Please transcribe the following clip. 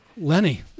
Lenny